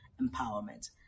empowerment